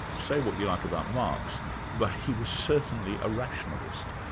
say what you like about marx but he was certainly a rationalist,